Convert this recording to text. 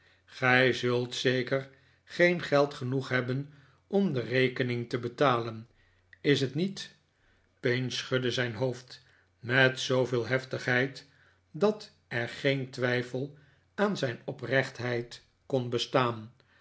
gij zult zeker geen geld genoeg hebben om de rekeriing te betalen is t niet pinch schudde zijn hoofd met zooveel heftigheid dat er geen twijfel aan zijn oprechtheid kon bestaan